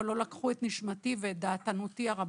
אבל לא לקחו את נשמתי ואת דעתנותי הרבה.